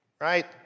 right